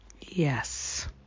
Yes